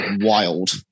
wild